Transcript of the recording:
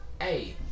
hey